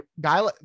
guy